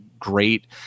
great